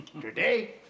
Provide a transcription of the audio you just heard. Today